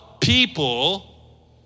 people